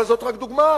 אבל זו רק דוגמה.